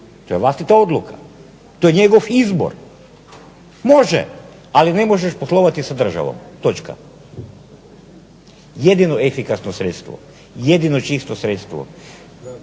To je vlastita odluka, to je njegov izbor. Može, ali ne možeš poslovati sa državom. Jedino efikasno sredstvo, jedino čisto sredstvo